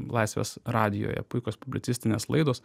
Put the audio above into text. laisvės radijuje puikios publicistinės laidos